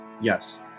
Yes